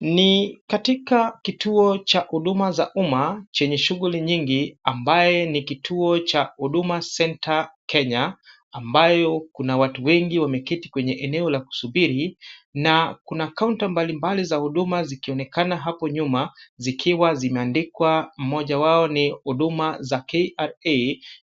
Ni katika kituo cha huduma za umma chenye shughuli nyingi ambaye ni kituo cha Huduma Center Kenya, ambayo kuna watu wengi wameketi kwenye eneo la kusubiri. Na kuna kaunta mbalimbali za huduma zikionekana hapo nyuma zikiwa zimeandikwa moja wao ni Huduma za KRA,